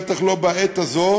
בטח לא בעת הזאת,